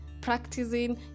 practicing